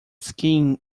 skiing